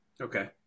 Okay